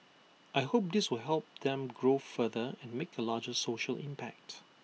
I hope this will help them grow further and make A larger social impact